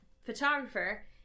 photographer